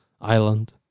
island